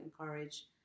encourage